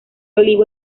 olivo